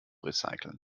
recyceln